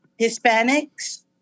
Hispanics